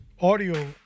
audio